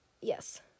Yes